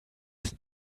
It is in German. sind